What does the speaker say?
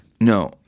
no